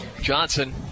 johnson